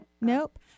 Nope